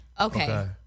okay